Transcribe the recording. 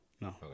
no